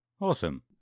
Awesome